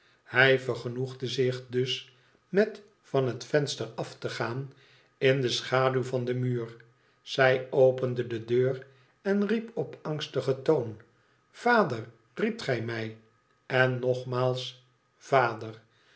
hij vergenoegde zich dus met van het venster af te gaan in de schaduw van den muur zij opende de deur en riep op angstigen toon vader riept gij mij f en nogmaals vader